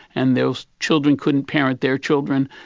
and those children couldn't parent their children,